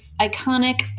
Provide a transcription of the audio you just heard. iconic